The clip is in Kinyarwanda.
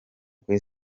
kuri